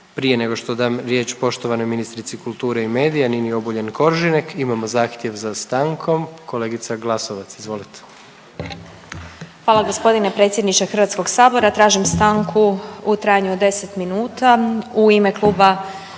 Prije nego što dam riječ poštovanoj ministrici kulture i medija Nini Obuljen Koržinek imamo zahtjev za stankom, kolegica Glasovac izvolite. **Glasovac, Sabina (SDP)** Hvala g. predsjedniče HS. Tražim stanku u trajanju od 10 minuta u ime Kluba SDP-a